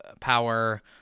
power